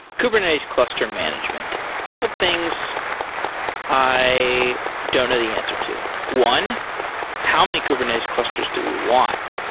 kubernetes cluster management, a couple things i don't know the answer to. one how many kubernetes clusters do we want?